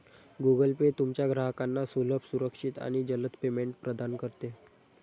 Google Pay तुमच्या ग्राहकांना सुलभ, सुरक्षित आणि जलद पेमेंट प्रदान करते